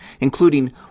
including